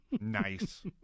Nice